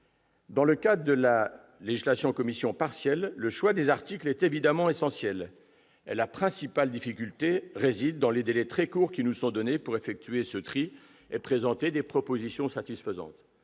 Dans le cas de la législation en commission partielle, le choix des articles est évidemment essentiel. La principale difficulté réside dans les délais très courts qui nous sont donnés pour effectuer ce tri et présenter des propositions satisfaisantes.